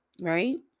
right